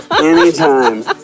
Anytime